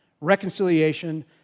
reconciliation